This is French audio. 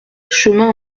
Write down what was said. chemin